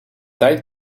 tijd